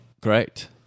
great